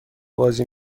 بازی